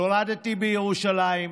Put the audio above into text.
נולדתי בירושלים,